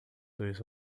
dois